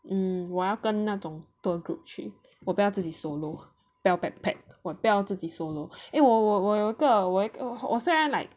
hmm 我要跟那种 tour group 去我不要自己 solo 不要 backpack 我不要自己 eh 我我我有一个我现在要 like